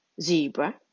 Zebra